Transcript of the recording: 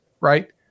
right